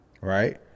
right